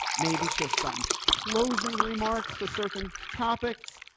maybe to some closing remarks to certain topics,